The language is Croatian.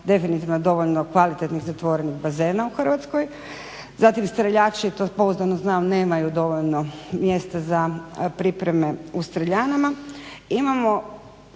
definitivno dovoljno kvalitetnih zatvorenih bazena u Hrvatskoj zatim streljači to pouzdano znam nemaju dovoljno mjesta za pripreme u streljanama.